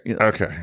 Okay